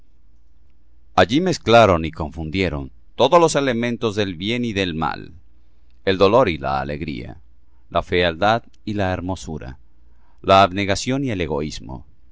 allí mezclaron y confundieron todos los elementos del bien y del mal el dolor y la alegría la fealdad y la hermosura la abnegación y el egoísmo